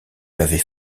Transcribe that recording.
l’avait